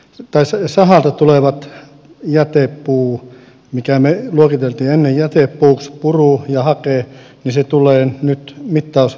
se oli tosi hyvä että esimerkiksi sahalta tuleva jätepuu minkä me luokittelimme ennen jätepuuksi puru ja hake tulee nyt mittauslain piiriin